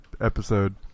episode